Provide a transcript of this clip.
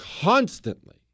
constantly